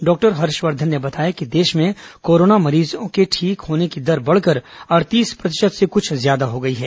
doctor Harshvardhan ने बताया कि देश में कोरोना मरीजों के ठीक होने की दर बढ़कर अड़तीस प्रतिशत से कुछ ज्यादा हो गयी है